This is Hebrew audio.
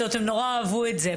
זאת אומרת, הם אהבו את זה מאוד.